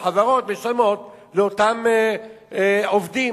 והחברות משלמות לאותם עובדים.